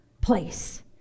place